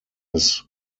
his